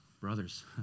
brothers